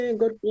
good